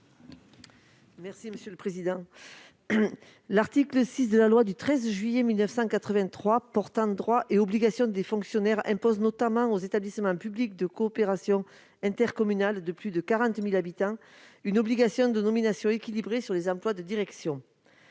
est à Mme Guylène Pantel. L'article 6 de la loi du 13 juillet 1983 portant droits et obligations des fonctionnaires impose aux établissements publics de coopération intercommunale (EPCI) de plus de 40 000 habitants une obligation de nominations équilibrées dans les emplois de direction.